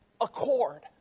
accord